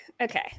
okay